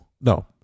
no